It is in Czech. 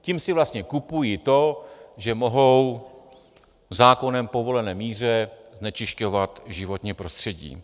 Tím si vlastně kupují to, že mohou v zákonem povolené míře znečišťovat životní prostředí.